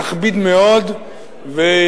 תכביד מאוד ותפגע,